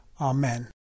Amen